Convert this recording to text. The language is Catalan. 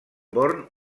born